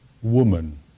woman